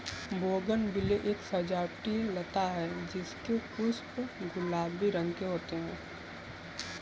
bougainvillea एक सजावटी लता है जिसके पुष्प गुलाबी रंग के होते है